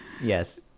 Yes